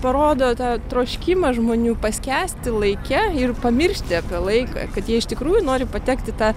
parodo tą troškimą žmonių paskęsti laike ir pamiršti apie laiką kad jie iš tikrųjų nori patekti į tą